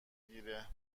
گیره